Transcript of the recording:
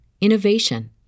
innovation